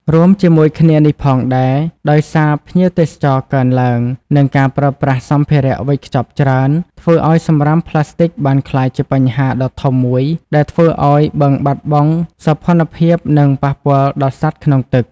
រួមជាមួយគ្នានេះផងដែរ ដោយសារភ្ញៀវទេសចរកើនឡើង និងការប្រើប្រាស់សម្ភារៈវេចខ្ចប់ច្រើន ធ្វើឱ្យសំរាមប្លាស្ទិកបានក្លាយជាបញ្ហាដ៏ធំមួយដែលធ្វើឱ្យបឹងបាត់បង់សោភ័ណភាព និងប៉ះពាល់ដល់សត្វក្នុងទឹក។